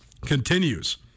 continues